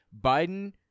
Biden